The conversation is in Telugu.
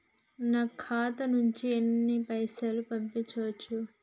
నా ఖాతా నుంచి ఎన్ని పైసలు పంపించచ్చు?